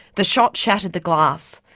the shot shattered the glass,